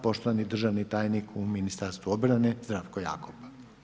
Poštovani državni tajnik u Ministarstvu obrane Zdravko Jakop.